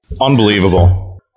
Unbelievable